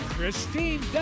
Christine